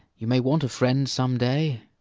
you may want a friend some day.